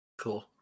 Cool